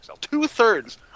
Two-thirds